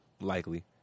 likely